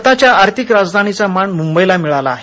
भारताच्या आर्थिक राजधानीचा मान मुंबईला मिळाला आहे